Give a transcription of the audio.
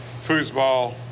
foosball